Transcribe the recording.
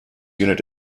unit